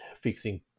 fixing